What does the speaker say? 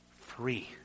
free